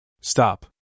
Stop